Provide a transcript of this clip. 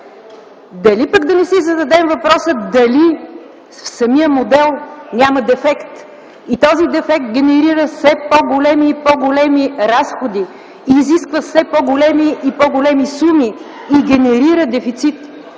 Дали пък да не си зададем въпроса: дали в самия модел няма дефект и той генерира все по-големи и по-големи разходи, изисква все по-големи и по-големи суми и генерира дефицит?